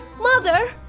Mother